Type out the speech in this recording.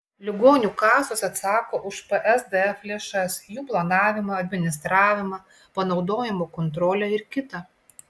ligonių kasos atsako už psdf lėšas jų planavimą administravimą panaudojimo kontrolę ir kita